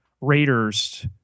Raiders